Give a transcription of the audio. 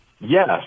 yes